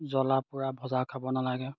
জ্বলা পোৰা ভজা খাব নালাগে